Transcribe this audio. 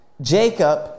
Jacob